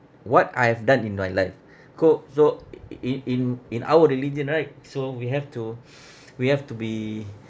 what I have done in my life co~ so i~ i~ in in our religion right so we have to we have to be